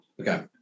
okay